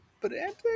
pedantic